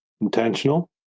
intentional